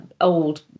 old